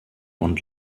und